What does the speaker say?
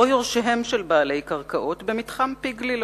או יורשיהם של בעלי קרקעות, במתחם פי-גלילות.